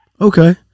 Okay